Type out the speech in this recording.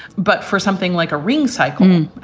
but for something like a ring cycle.